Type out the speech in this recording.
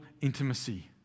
intimacy